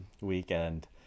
weekend